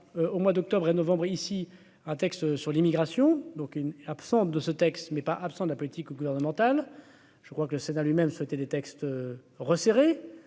au mois d'octobre et novembre ici un texte sur l'immigration, donc une absente de ce texte, mais pas absent de la politique gouvernementale, je crois que le Sénat lui-même souhaité des textes resserrer,